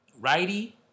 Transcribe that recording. righty